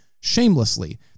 shamelessly